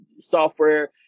software